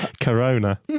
Corona